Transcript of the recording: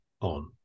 on